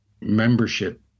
membership